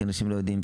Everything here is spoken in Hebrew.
כי אנשים לא מודעים.